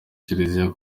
kiliziya